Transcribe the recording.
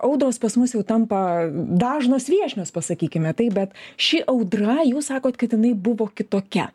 audros pas mus jau tampa dažnos viešnios pasakykime taip bet ši audra jūs sakot kad jinai buvo kitokia